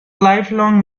lifelong